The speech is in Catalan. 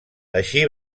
així